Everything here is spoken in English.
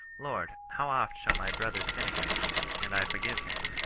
lord, how oft shall my brother sin against me, and i forgive him?